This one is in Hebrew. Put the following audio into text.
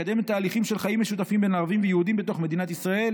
מקדמת תהליכים של חיים משותפים בין ערבים ויהודים בתוך מדינת ישראל,